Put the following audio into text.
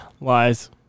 Lies